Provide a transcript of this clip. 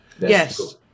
Yes